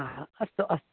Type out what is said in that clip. अस्तु अस्तु